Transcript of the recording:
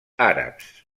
àrabs